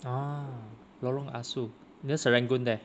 ah lorong ah soo near serangoon there